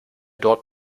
dort